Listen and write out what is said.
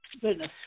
Goodness